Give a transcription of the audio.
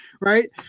right